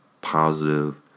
positive